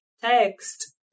text